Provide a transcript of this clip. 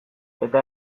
eta